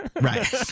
Right